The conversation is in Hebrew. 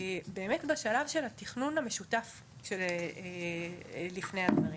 באמת בשלב של התכנון המשותף לפני הדברים.